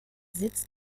sitz